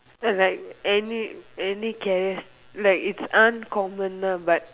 like any any characteristics like it's uncommon ah but